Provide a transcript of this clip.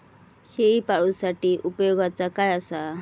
शेळीपाळूसाठी उपयोगाचा काय असा?